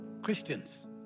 Christians